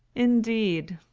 indeed!